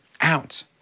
out